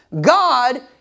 God